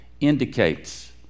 indicates